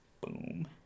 Boom